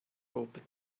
open